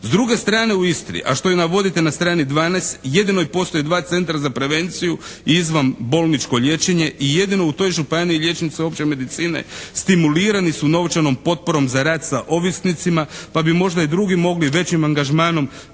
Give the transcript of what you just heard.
S druge strane u Istri, a što i navodite na stranici 12. jedino postoje dva centra za prevenciju i izvanbolničko liječenje i jedino u toj županiji liječnici opće medicine stimulirani su novčanom potporom za rad sa ovisnicima, pa možda i drugi većim angažmanom